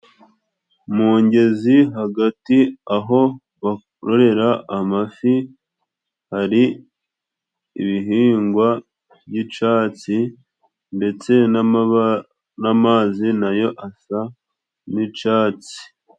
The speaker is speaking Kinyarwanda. Mu ngezi hagati aho bakorera amafi hari ibihingwa by'icyatsi ndetse n'amaba n'amazi na yo asa n'icatsi.